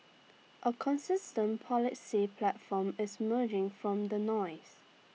A consistent policy platform is emerging from the noise